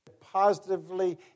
positively